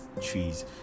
trees